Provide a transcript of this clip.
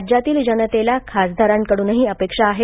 राज्यातील जनतेला खासदारांकडूनही अपेक्षा आहेत